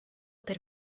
per